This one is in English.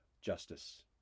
Justice